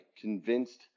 convinced